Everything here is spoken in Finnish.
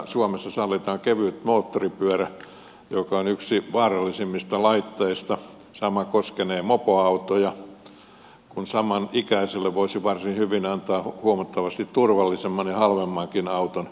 suomessa sallitaan kevytmoottoripyörä joka on yksi vaarallisimmista laitteista sama koskenee mopoautoja kun samanikäiselle voisi varsin hyvin antaa huomattavasti turvallisemman ja halvemmankin laitteen auton